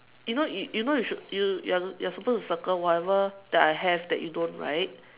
you know you you know you should you you're you're supposed to circle whatever that I have that you don't right